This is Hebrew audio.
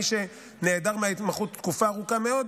מי שנעדר מההתמחות תקופה ארוכה מאוד,